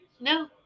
no